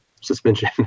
suspension